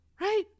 right